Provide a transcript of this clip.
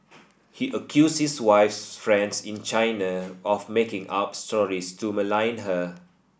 he accused his wife's friends in China of making up stories to malign her